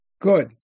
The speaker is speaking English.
Good